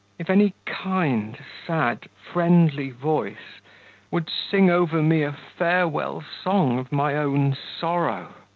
if any kind, sad, friendly voice would sing over me a farewell song of my own sorrow,